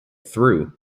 through